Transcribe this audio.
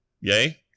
Yay